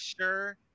sure